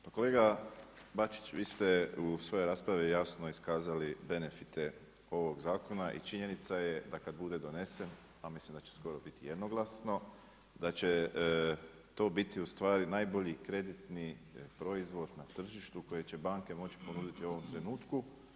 Pa kolega Bačić, vi ste u svojoj raspravi jasno iskazali benefite ovog zakona i činjenica je da kad bude donesen, a mislim da će skoro biti jednoglasno, da će to biti u stvari najbolji kreditni proizvod na tržištu koji će banke moći ponuditi u ovom trenutku.